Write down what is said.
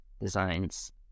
designs